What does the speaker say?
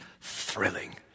thrilling